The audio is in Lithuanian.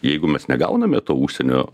jeigu mes negauname to užsienio